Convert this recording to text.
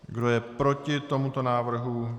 Kdo je proti tomuto návrhu?